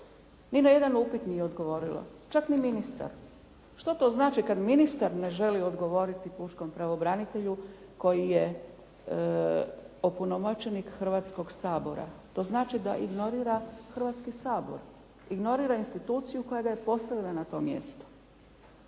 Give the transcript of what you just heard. Ni na jedan upit nije odgovorilo, čak ni ministar. Što to znači kad ministar ne želi odgovoriti pučkom pravobranitelju koji je opunomoćenik Hrvatskog sabora? To znači da ignorira Hrvatski sabor, ignorira instituciju koja ga je postavila na to mjesto.